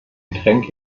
getränk